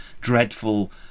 dreadful